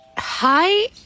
Hi